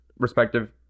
respective